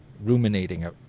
ruminating